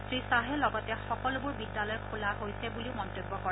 শ্ৰীখাহে লগতে সকলোবোৰ বিদ্যালয় খোলা হৈছে বুলিও মন্তব্য কৰে